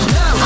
no